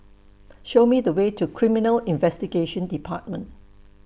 Show Me The Way to Criminal Investigation department